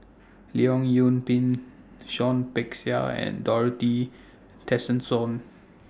Leong Yoon Pin Peck Seah and Dorothy Tessensohn